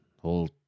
whole